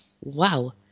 wow